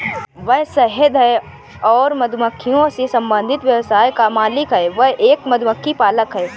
वह शहद और मधुमक्खियों से संबंधित व्यवसाय का मालिक है, वह एक मधुमक्खी पालक है